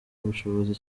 ubushobozi